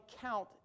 count